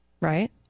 Right